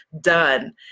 done